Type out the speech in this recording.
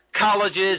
colleges